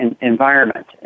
environment